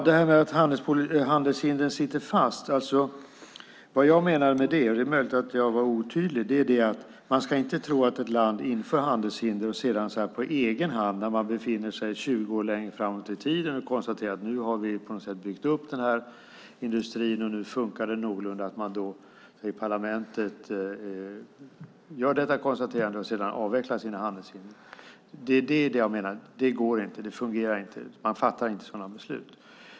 Herr talman! Det är möjligt att jag var otydlig när det gällde att handelshindren sitter fast. Jag menade att man inte ska tro att ett land inför handelshinder och sedan på egen hand avvecklar sina handelshinder när landet befinner sig 20 år längre fram i tiden och parlamentet har konstaterat att man på något sätt har byggt upp den här industrin och att den funkar någorlunda. Det är det jag menar. Det går inte. Det fungerar inte. Man fattar inte sådana beslut.